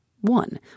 One